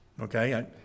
Okay